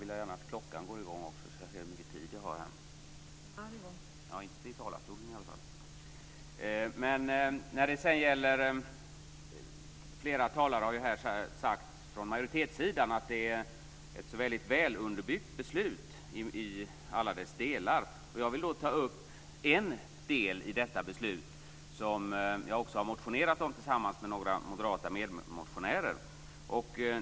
Flera talare från majoritetssidan har här sagt att det gäller ett i alla delar mycket välunderbyggt beslut. Jag vill ta upp en del i detta beslut som jag har motionerat om tillsammans med några andra moderater.